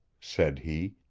said he,